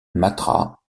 matra